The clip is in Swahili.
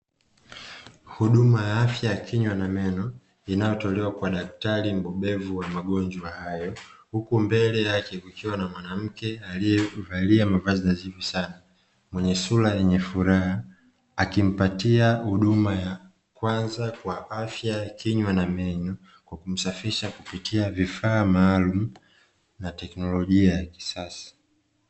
Huduma ya afya ya kinywa na meno inayotolewa kwa daktari mbobevu wa magonjwa hayo, huku mbele yake kukiwa na mwanamke aliyevalia mavazi nadhifu sana mwenye sura yenye furaha, akimpatia huduma ya kwanza kwa afya ya kinywa na meno kwa kumsafisha kupitia vifaa maalumu na teknolojia ya kisasa.